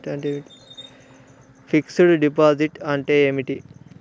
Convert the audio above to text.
Fix డ్ deposit అంటే ఏమిటి?